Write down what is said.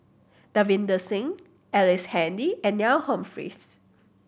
Davinder Singh Ellice Handy and Neil Humphreys